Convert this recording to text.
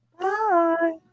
Bye